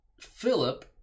Philip